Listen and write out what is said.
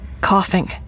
coughing